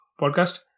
Podcast